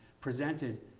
presented